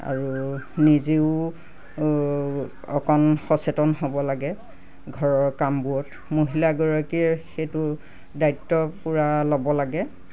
আৰু নিজেও অকণ সচেতন হ'ব লাগে ঘৰৰ কামবোৰত মহিলাগৰাকীয়ে সেইটো দায়িত্ব পূৰা ল'ব লাগে